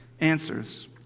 answers